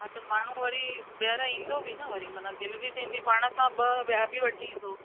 हा त माण्हू वरी ॿीअर ईंदो बि न वरी दिलि बि थींदी पाण सां ॿ ॿिया बि वठी ईंदो